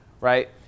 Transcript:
right